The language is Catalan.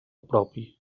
propi